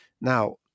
Now